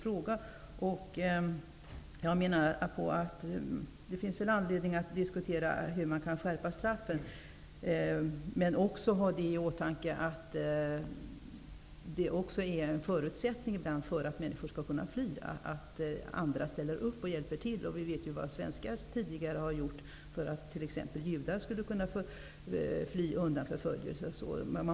Jag menar att det säkerligen finns anledning att diskutera hur man kan skärpa straffen. Man bör emellertid också ha i åtanke att en förutsättning för att människor ska kunna fly är att andra människor ställer upp och hjälper till. Vi vet ju vad svenskar tidigare har gjort för att exempelvis judar skulle kunna fly undan förföljelser.